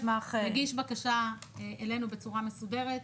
יגיש בקשה אלינו בצורה מסודרת,